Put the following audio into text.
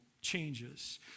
changes